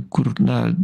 kur na